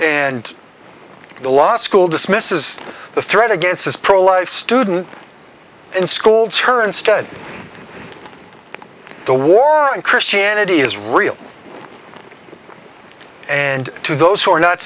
and the law school dismisses the threat against this pro life student in school turnstone the war on christianity is real and to those who are not